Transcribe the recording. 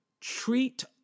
treat